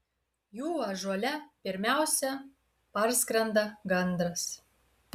jų ąžuole pirmiausia parskrenda gandras